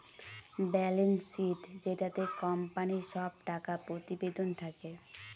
balance sheet যেটাতে কোম্পানির সব টাকা প্রতিবেদন থাকে